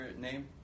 name